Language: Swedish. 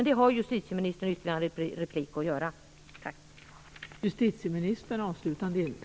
Det har justitieministern ytterligare en replik på sig att göra.